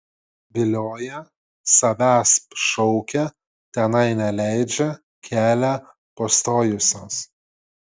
vilioja savęsp šaukia tenai neleidžia kelią pastojusios